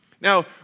Now